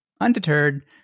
Undeterred